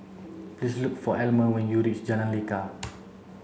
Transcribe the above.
please look for Almer when you reach Jalan Lekar